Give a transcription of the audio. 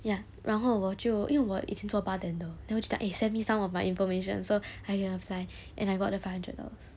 ya 然后我就因为我以前做 bartender then 我就讲 eh send me some of my information so I go and apply and I got the five hundred dollars